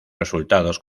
resultados